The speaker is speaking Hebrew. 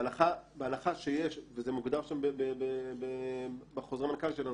בהנחה שיש וזה מוגדר שם בחוזרי מנכ"ל,